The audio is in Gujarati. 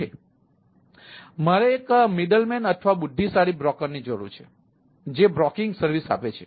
તેથી મારે એક વચેટિયો અથવા બુદ્ધિશાળી બ્રોકરની જરૂર છે જે બ્રોકિંગ સર્વિસ આપે છે